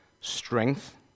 strength